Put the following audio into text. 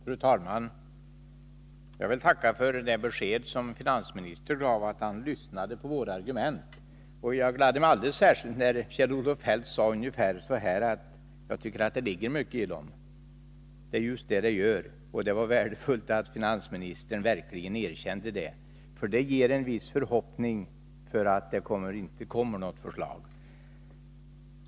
Fru talman! Jag vill tacka för det besked som finansministern gav, nämligen att han lyssnat till våra argument. Jag gladde mig alldeles särskilt när Kjell-Olof Feldt sade att det ligger mycket i dem. Det är just vad det gör, och det var värdefullt att finansministern verkligen erkände det. Det ger mig en viss förhoppning om att han inte kommer att framlägga något förslag.